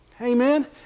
Amen